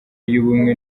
y’ubumwe